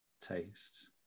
tastes